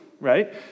right